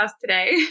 today